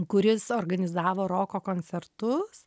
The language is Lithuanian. kuris organizavo roko koncertus